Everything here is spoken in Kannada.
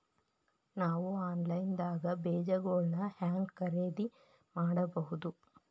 ನಾವು ಆನ್ಲೈನ್ ದಾಗ ಬೇಜಗೊಳ್ನ ಹ್ಯಾಂಗ್ ಖರೇದಿ ಮಾಡಬಹುದು?